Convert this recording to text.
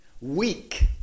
weak